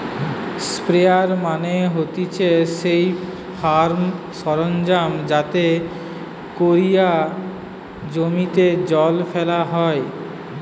sprayer মানে হতিছে সেই ফার্ম সরঞ্জাম যাতে কোরিয়া জমিতে জল ফেলা হয়